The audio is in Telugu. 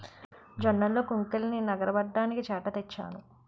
జొన్నల్లో కొంకుల్నె నగరబడ్డానికి చేట తెచ్చాను